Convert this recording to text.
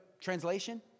translation